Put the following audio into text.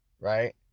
right